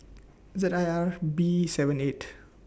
Z I R B seven eight